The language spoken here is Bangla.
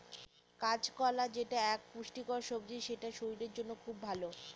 কাঁচকলা যেটা এক পুষ্টিকর সবজি সেটা শরীরের জন্য খুব ভালো